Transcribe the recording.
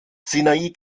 sinai